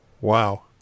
Wow